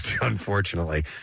unfortunately